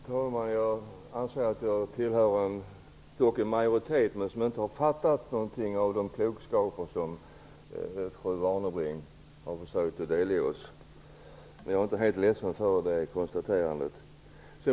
Herr talman! Jag anser att jag tillhör en majoritet som inte har fattat något av den klokskap som fru Warnerbring har försökt delge oss. Men jag är inte helt ledsen för det konstaterandet.